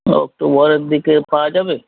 অক্টোবরের দিকে পাওয়া যাবে